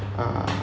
uh